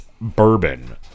Bourbon